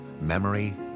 Memory